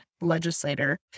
legislator